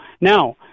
now